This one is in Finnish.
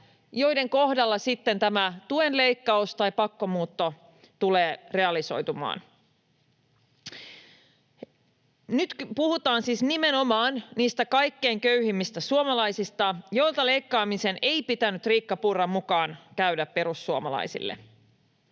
joiden kohdalla sitten tämä tuen leikkaus tai pakkomuutto tulee realisoitumaan. Nyt puhutaan siis nimenomaan niistä kaikkein köyhimmistä suomalaisista, joilta leikkaamisen ei pitänyt Riikka Purran mukaan käydä perussuomalaisille.